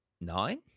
nine